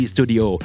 Studio